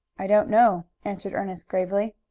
i don't know, answered ernest gravely.